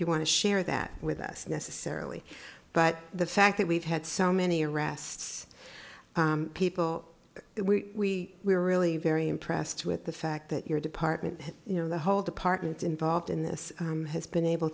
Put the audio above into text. you want to share that with us necessarily but the fact that we've had so many arrests people we were really very impressed with the fact that your department you know the whole departments involved in this has been able